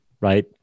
Right